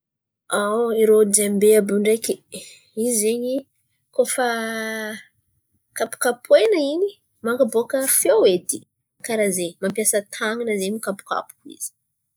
irô jemby àby io ndraiky, izy zen̈y kôa fa kapokapoena in̈y man̈aboaka feo edy. Karà zen̈y mampiasa tàn̈ana zen̈y mikapokapoka izy.